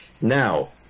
Now